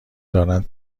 دارند